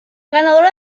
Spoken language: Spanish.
ganadora